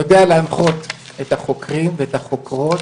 יודע להנחות את החוקרים ואת החוקרות.